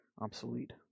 obsolete